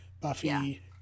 Buffy